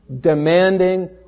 demanding